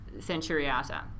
Centuriata